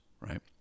right